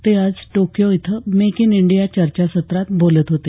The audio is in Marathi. ते आज टोक्यो इथे मेक इन इंडिया चर्चासत्रात बोलत होते